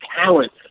talent